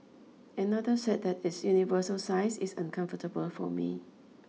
another said that its universal size is uncomfortable for me